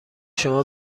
شما